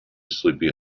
sleepy